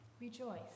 Rejoice